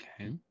Okay